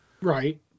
right